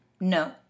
no